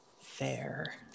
Fair